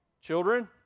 Children